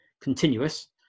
continuous